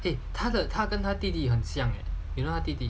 eh 他的他跟他弟弟很像 you know 他弟弟